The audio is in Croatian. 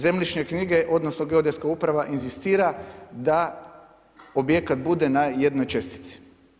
Zemljišne knjige, odnosno Geodetska uprava inzistira da objekat bude na jednoj čestici.